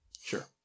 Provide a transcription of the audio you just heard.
sure